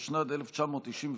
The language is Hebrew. התשנ"ד 1994,